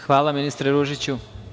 Hvala, ministre Ružiću.